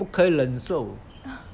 不可以忍受